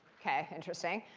ok, interesting.